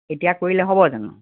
এতিয়া কৰিলে হ'ব জানো